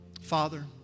Father